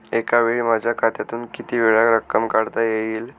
एकावेळी माझ्या खात्यातून कितीवेळा रक्कम काढता येईल?